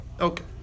Okay